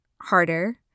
harder